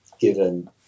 given